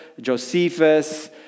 Josephus